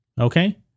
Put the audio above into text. Okay